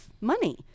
money